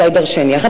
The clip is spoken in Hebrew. אזי, דורשני.